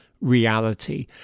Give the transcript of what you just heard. reality